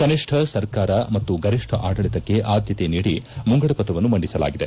ಕನಿಷ್ಟ ಸರ್ಕಾರ ಮತ್ತು ಗರಿಷ್ಟ ಆಡಳಿತಕ್ಕೆ ಆದ್ದತೆ ನೀಡಿ ಮುಂಗಡ ಪತ್ರವನ್ನು ಮಂಡಿಸಲಾಗಿದೆ